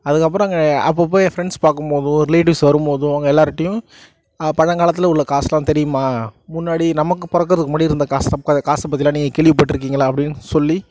அதுக்கப்புறம் அங்கே அப்பப்போ என் ஃப்ரெண்ட்ஸ் பார்க்கும் போது ரிலேட்டிவ்ஸ் வரும் போது அவங்க எல்லாருகிட்டேயும் பழங்காலத்தில் உள்ள காசுலாம் தெரியுமா முன்னாடி நமக்கு பிறக்கறதுக்கு முன்னாடி இருந்த காசு பற்றிலாம் நீங்கள் கேள்விப்பட்ருக்கீங்களா அப்படின்னு சொல்லி